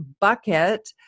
bucket